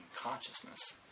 consciousness